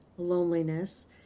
loneliness